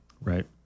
Right